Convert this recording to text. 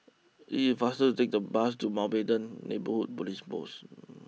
it is faster to take the bus to Mountbatten Neighbourhood police post